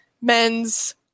men's